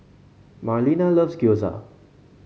Marlena loves Gyoza